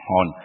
on